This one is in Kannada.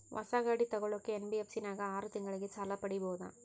ಹೊಸ ಗಾಡಿ ತೋಗೊಳಕ್ಕೆ ಎನ್.ಬಿ.ಎಫ್.ಸಿ ನಾಗ ಆರು ತಿಂಗಳಿಗೆ ಸಾಲ ಪಡೇಬೋದ?